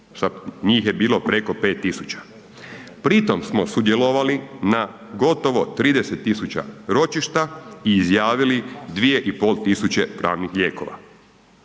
njih je bilo preko 5.000. Pri tom smo sudjelovali na gotovo 30.000 ročišta i izjavili 2.500 pravnih lijekova.